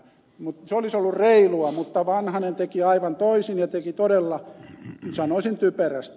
se olisi ollut reilua mutta vanhanen teki aivan toisin ja teki todella sanoisin typerästi